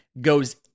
Goes